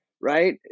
right